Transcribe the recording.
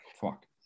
Fuck